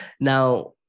Now